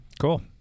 Cool